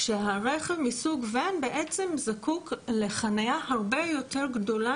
שרכב מסוג וואן בעצם זקוק לחניה הרבה יותר גדולה